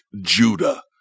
Judah